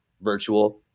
virtual